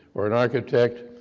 or an architect,